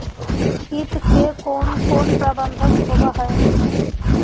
किट के कोन कोन प्रबंधक होब हइ?